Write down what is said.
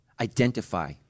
Identify